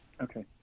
Okay